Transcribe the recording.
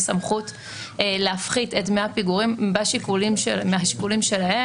סמכות להפחית את דמי הפיגורים מהשיקולים שלהם.